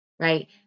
right